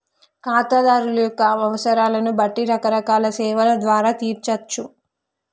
ఖాతాదారుల యొక్క అవసరాలను బట్టి రకరకాల సేవల ద్వారా తీర్చచ్చు